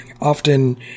often